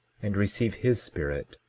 and receive his spirit,